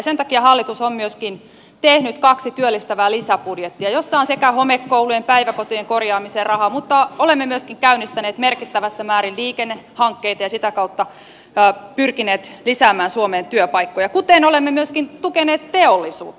sen takia hallitus on myöskin tehnyt kaksi työllistävää lisäbudjettia joissa on sekä homekoulujen että päiväkotien korjaamiseen rahaa mutta olemme myöskin käynnistäneet merkittävässä määrin liikennehankkeita ja sitä kautta pyrkineet lisäämään suomeen työpaikkoja kuten olemme myöskin tukeneet teollisuutta